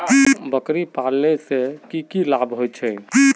बकरी पालने से की की लाभ होचे?